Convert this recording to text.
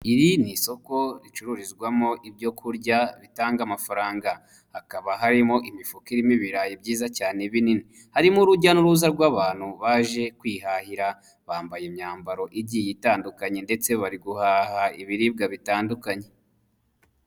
Iri ni isoko ricururizwamo ibyo kurya bitanga amafaranga, hakaba harimo imifuka irimo ibirayi byiza cyane binini, harimo urujya n'uruza rw'abantu baje kwihahira bambaye imyambaro igiye itandukanye ndetse bari guhaha ibiribwa bitandukanye.